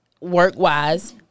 work-wise